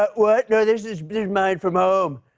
but what? no, this is mine from home.